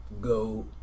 go